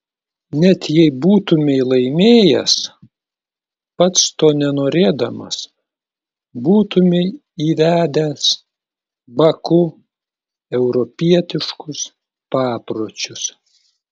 net jei būtumei laimėjęs pats to nenorėdamas būtumei įvedęs baku europietiškus papročius